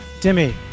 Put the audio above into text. Timmy